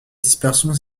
dispersion